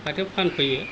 हाथाइयाव फानफैयो